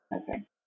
Okay